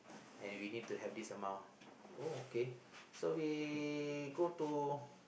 and we need to have this amount uh oh okay so we go to